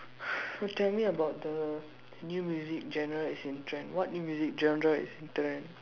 tell me about the new music genre that's in trend what music genre is in trend